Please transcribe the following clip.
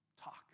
talk